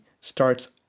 starts